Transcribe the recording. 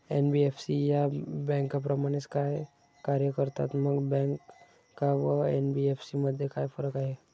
NBFC या बँकांप्रमाणेच कार्य करतात, मग बँका व एन.बी.एफ.सी मध्ये काय फरक आहे?